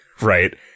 right